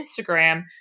Instagram